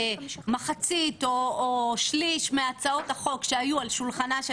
שמחצית או שליש מהצעות החוק שהיו על שולחנה של